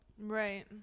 right